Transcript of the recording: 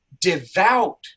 Devout